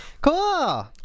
Cool